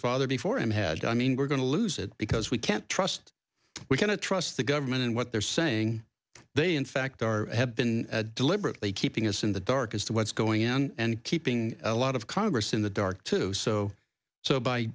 father before him had i mean we're going to lose it because we can't trust we're going to trust the government and what they're saying they in fact are have been deliberately keeping us in the dark as to what's going in and keeping a lot of congress in the dark too so so by